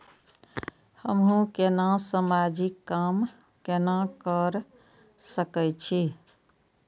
हमू केना समाजिक काम केना कर सके छी?